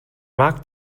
mag